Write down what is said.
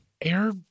Air